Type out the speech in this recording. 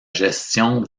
gestion